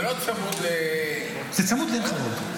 זה לא צמוד --- זה צמוד לעין חרוד.